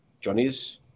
Johnny's